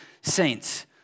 saints